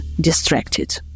distracted